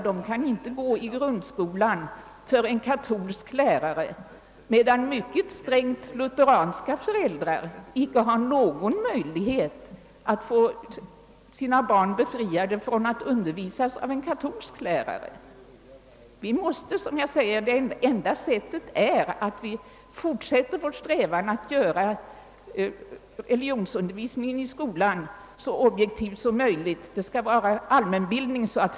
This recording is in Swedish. De kan inte gå i grundskolan för en katolsk lärare, medan mycket strängt lutheranska föräldrar inte har någon möjlighet att få sina barn befriade från att undervisas av en katolsk lärare. Det enda sättet är att vi fortsätter vår strävan att göra religionsundervisningen i skolan så objektiv eller allmän bildande som möjligt.